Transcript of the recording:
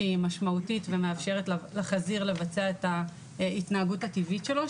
שהיא משמעותית ומאפשרת לחזיר לבצע את ההתנהגות הטבעית שלו,